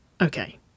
Okay